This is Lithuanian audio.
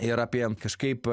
ir apie kažkaip